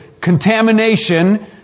contamination